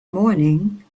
morning